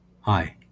Hi